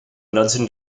knudsen